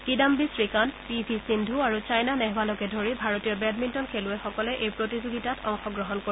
Kidambi Srikanth P V Sindhu আৰু ছাইনা নেহৱালকে ধৰি ভাৰতীয় বেডমিণ্টন খেলুৱৈসকলে এই প্ৰতিযোগিতাত অংশগ্ৰহণ কৰিব